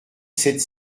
sept